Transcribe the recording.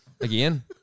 Again